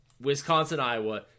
Wisconsin-Iowa